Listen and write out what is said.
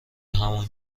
همون